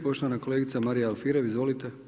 Poštovana kolegica Marija Alfirev, izvolite.